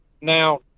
Now